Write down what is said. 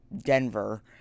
Denver